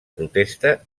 protesta